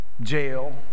jail